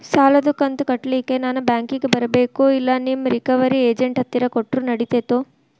ಸಾಲದು ಕಂತ ಕಟ್ಟಲಿಕ್ಕೆ ನಾನ ಬ್ಯಾಂಕಿಗೆ ಬರಬೇಕೋ, ಇಲ್ಲ ನಿಮ್ಮ ರಿಕವರಿ ಏಜೆಂಟ್ ಹತ್ತಿರ ಕೊಟ್ಟರು ನಡಿತೆತೋ?